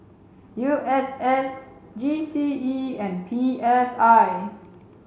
U S S G C E and P S I